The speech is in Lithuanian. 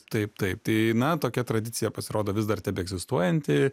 taip taip tai ne tokia tradicija pasirodo vis dar tebeegzistuojanti